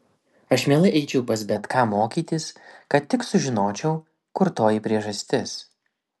aš mielai eičiau pas bet ką mokytis kad tik sužinočiau kur toji priežastis